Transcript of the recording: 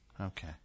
Okay